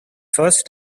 first